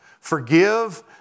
Forgive